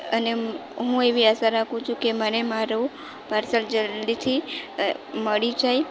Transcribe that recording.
અને હું એવી આશા રાખું છુ કે મને મારું પાર્સલ જલ્દીથી મળી જાય